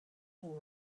all